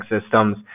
Systems